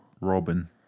Robin